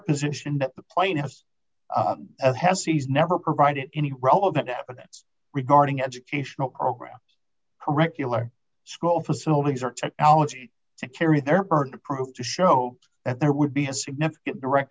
position that the plaintiffs he's never provided any relevant evidence regarding educational programs curricular school facilities or technology to carry their burden of proof to show that there would be a significant direct